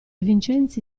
vincenzi